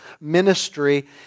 ministry